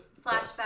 Flashback